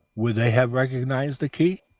would they have recognized the key?